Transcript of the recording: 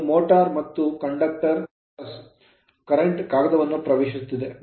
ಇದು motor motor ಮತ್ತು ಇದು conductor ಕಂಡಕ್ಟರ್ current ಕರೆಂಟ್ ಕಾಗದವನ್ನು ಪ್ರವೇಶಿಸುತ್ತಿದೆ